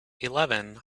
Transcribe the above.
eleven